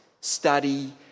study